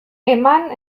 eman